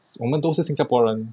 我们都是新加坡人